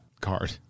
card